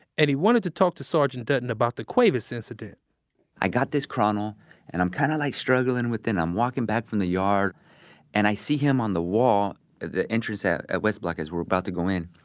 and he wanted to talk to sergeant dutton about the cuevas incident i got this chrono and i'm kinda like struggling with it, i'm walking back from the yard and i see him on the wall at the entrance at at west block as we're about to go in.